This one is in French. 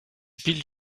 bill